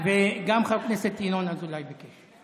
וגם חבר הכנסת ינון אזולאי ביקש.